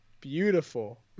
beautiful